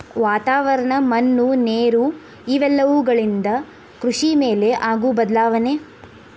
ವಾತಾವರಣ, ಮಣ್ಣು ನೇರು ಇವೆಲ್ಲವುಗಳಿಂದ ಕೃಷಿ ಮೇಲೆ ಆಗು ಬದಲಾವಣೆ